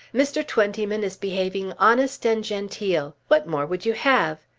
mr. twentyman is behaving honest and genteel. what more would you have?